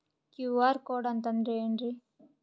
QR code ಅಂತಂದ್ರ ಏನ್ರೀ?